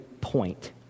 point